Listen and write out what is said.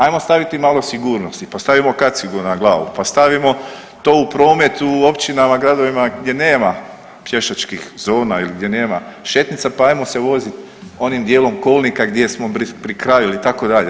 Ajmo staviti malo sigurnosti, pa stavimo kacigu na glavu, pa stavimo to u promet u općinama, gradovima gdje nema pješačkih zona ili gdje nema šetnica pa ajmo se voziti onim dijelom kolnika gdje smo pri kraju ili tako dalje.